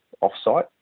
off-site